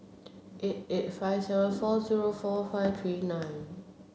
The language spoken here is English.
eight eight five seven four zero four five three nine